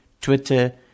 Twitter